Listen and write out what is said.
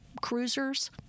cruisers